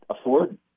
afford